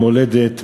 חבל מולדת,